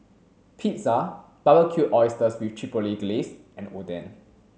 Pizza Barbecued Oysters with Chipotle Glaze and Oden